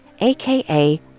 aka